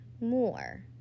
more